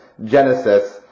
Genesis